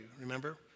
remember